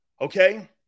Okay